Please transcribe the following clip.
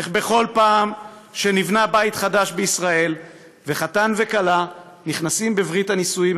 איך בכל פעם שנבנה בית חדש בישראל וחתן וכלה נכנסים בברית הנישואים,